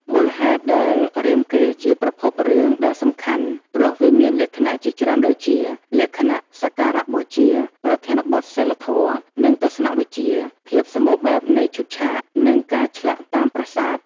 មូលហេតុដែលរាមកេរ្តិ៍ជាប្រភពរឿងដែលសំខាន់ព្រោះវាមានលក្ខណៈជាច្រើនដូចជា លក្ខណៈសក្ការៈបូជា ប្រធានបទសីលធម៌ និងទស្សនវិជ្ជា ភាពសម្បូរបែបនៃឈុតឆាក នឹងការឆ្លាក់តាមប្រាសាទ ។